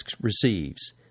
receives